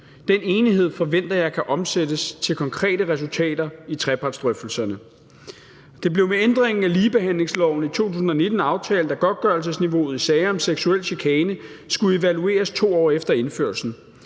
Den enighed forventer jeg kan omsættes til konkrete resultater i trepartsdrøftelserne. Det blev med ændringen af ligebehandlingsloven i 2019 aftalt, at godtgørelsesniveauet i sager om seksuel chikane skulle evalueres 2 år efter indførelsen.